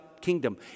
kingdom